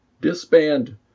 disband